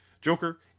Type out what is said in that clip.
Joker